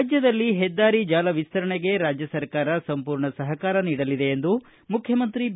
ರಾಜ್ಯದಲ್ಲಿ ಹೆದ್ದಾರಿ ಜಾಲ ವಿಸ್ತರಣೆಗೆ ರಾಜ್ಯ ಸರ್ಕಾರ ಸಂಪೂರ್ಣ ಸಹಕಾರ ನೀಡಲಿದೆ ಎಂದು ಮುಖ್ಯಮಂತ್ರಿ ಬಿ